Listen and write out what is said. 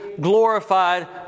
glorified